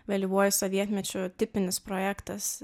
vėlyvuoju sovietmečiu tipinis projektas